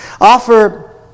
Offer